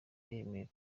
yemeye